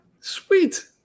Sweet